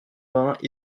vingts